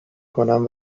کنم